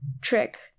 trick